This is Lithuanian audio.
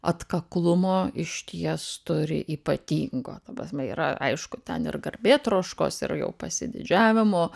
atkaklumo išties turi ypatingo ta prasme yra aišku ten ir garbėtroškos ir jau pasididžiavimo